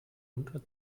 unter